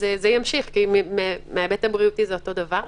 זה ימשיך, כי מההיבט הבריאותי זה אותו דבר.